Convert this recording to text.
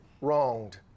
wronged